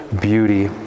beauty